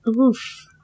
Oof